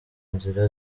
nzira